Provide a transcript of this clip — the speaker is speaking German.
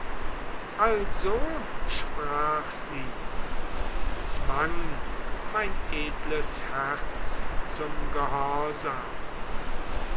also sprach sie und zwang mein edles herz zum